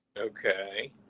Okay